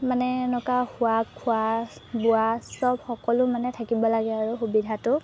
মানে এনেকুৱা শোৱা খোৱা বোৱা চব সকলো মানে থাকিব লাগে আৰু সুবিধাটো